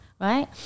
right